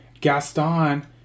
Gaston